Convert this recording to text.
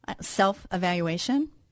self-evaluation